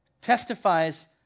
testifies